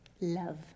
love